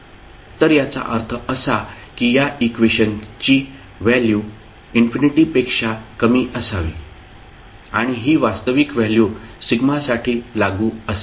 तर याचा अर्थ असा की या इक्वेशनची व्हॅल्यू इन्फिनिटीपेक्षा कमी असावी आणि ही वास्तविक व्हॅल्यू σ साठी लागू असेल